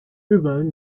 日本